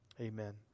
Amen